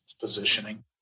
positioning